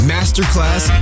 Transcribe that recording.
Masterclass